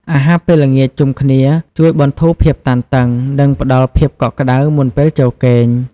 អាហារពេលល្ងាចជុំគ្នាជួយបន្ធូរភាពតានតឹង និងផ្តល់ភាពកក់ក្តៅមុនពេលចូលគេង។